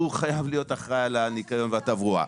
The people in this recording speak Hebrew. הוא חייב להיות אחראי על הניקיון והתברואה.